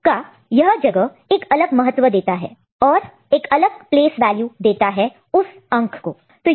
इस यह जगह एक अलग महत्व देता है इट अलग प्लेस वैल्यू देता है उस अंक नंबर number को